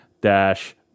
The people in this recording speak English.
dash